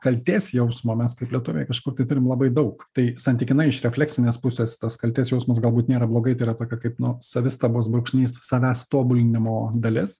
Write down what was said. kaltės jausmo mes kaip lietuviai kažkur tai turim labai daug tai santykinai iš refleksinės pusės tas kaltės jausmas galbūt nėra blogai tai yra tokia kaip nu savistabos brūkšnys savęs tobulinimo dalis